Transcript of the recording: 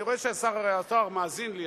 השר מאזין לי,